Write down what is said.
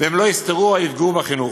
ושלא יסתרו או יפגעו בחינוך.